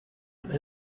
man